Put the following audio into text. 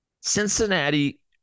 Cincinnati